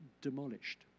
demolished